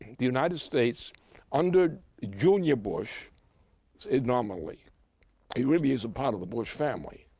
the united states under junior bush nominally he really is part of the bush family,